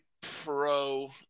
pro